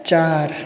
चार